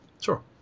sure